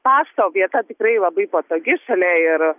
pašto vieta tikrai labai patogi šalia ir